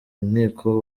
inkiko